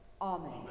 Amen